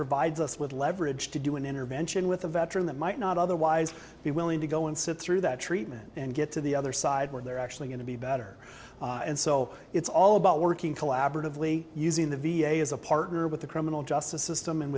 provides us with leverage to do an intervention with a veteran that might not otherwise be willing to go and sit through that treatment and get to the other side where they're actually going to be better and so it's all about working collaboratively using the v a as a partner with the criminal justice system and